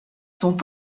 sont